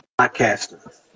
podcaster